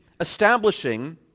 establishing